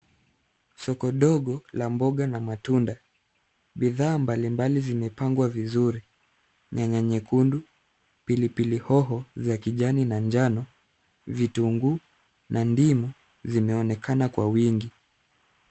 Soko dogo la mboga na matunda. Bidhaa mbalimbali zimepangwa vizuri. Nyanya nyekundu, pilipili hoho za kijani na njano, vitunguu na ndimu zimeonekana kwa wingi.